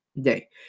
Day